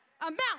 amount